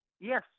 yes